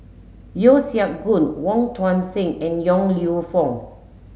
Yeo Siak Goon Wong Tuang Seng and Yong Lew Foong